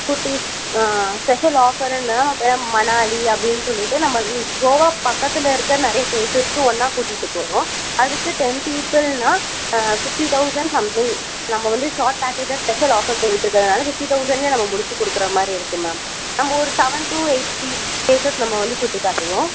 ஊட்டி ஆ ஸ்பெஷல் ஆஃபருன்னா அப்புறம் மணாலி அப்படின்னு சொல்லிட்டு நம்ம கோவா பக்கத்தில் இருக்கிற நிறையா பிளேசஸ்க்கு ஒண்ணா கூட்டிட்டு போகிறோம் அதுக்கு டென் பீப்புள்னா ஆ ஃபிஃப்ட்டி தௌசண்ட் சம்திங் நம்ம வந்து ஷார்ட் பேக்கேஜாக ஸ்பெஷல் ஆஃபர் போயிட்டுருக்குறதுனால ஃபிஃப்ட்டி தௌசண்டலேயே நம்ம முடித்து கொடுக்குற மாதிரி இருக்குது மேம் நம்ம ஒரு செவன் டூ எயிட் பி பிளேசஸ் நம்ம வந்து சுற்றி காட்டுவோம்